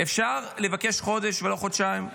אפשר לבקש חודש ולא חודשיים?